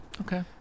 Okay